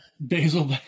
Basil